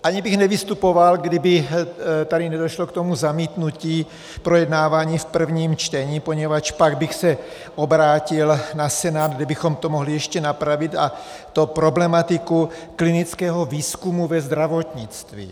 Ani bych nevystupoval, kdyby tady nedošlo k toho zamítnutí projednávání v prvním čtení, poněvadž pak bych se obrátil na Senát, kde bychom to mohli ještě napravit, a to problematiku klinického výzkumu ve zdravotnictví.